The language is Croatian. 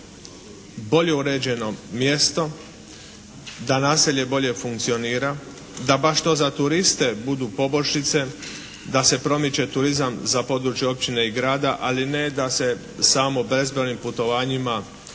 bolje uređeno mjesto da naselje bolje funkcionira. Da baš to za turiste budu poboljšice, da se promiče turizam za područje općine i grada ali ne da se samo bezbrojnim putovanjima